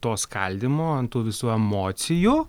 to skaldymo ant tų visų emocijų